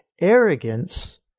Arrogance